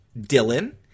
Dylan